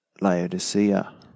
Laodicea